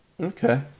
Okay